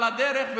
על הדרך,